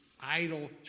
idle